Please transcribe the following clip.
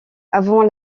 avant